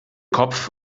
kopf